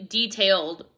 detailed